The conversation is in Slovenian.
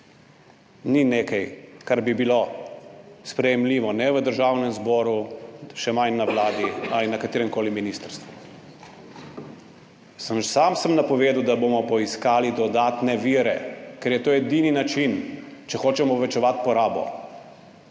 ni nekaj, kar bi bilo sprejemljivo, ne v Državnem zboru, še manj na Vladi ali na kateremkoli ministrstvu. Sam sem napovedal, da bomo poiskali dodatne vire, ker je to edini način, če hočemo večati porabo.